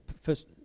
first